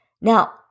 Now